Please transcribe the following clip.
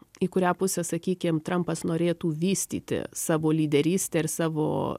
į kurią pusę sakykim trampas norėtų vystyti savo lyderystę ir savo